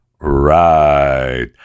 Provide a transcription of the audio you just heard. Right